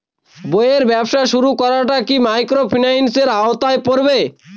বইয়ের ব্যবসা শুরু করাটা কি মাইক্রোফিন্যান্সের আওতায় পড়বে?